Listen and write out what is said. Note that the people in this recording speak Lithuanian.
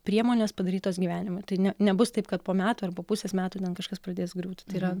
priemonės padarytos gyvenimui tai ne nebus taip kad po metų arba pusės metų ten kažkas pradės griūti tai yra